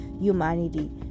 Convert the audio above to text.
humanity